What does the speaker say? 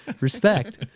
respect